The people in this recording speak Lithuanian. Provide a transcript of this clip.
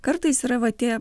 kartais yra va tie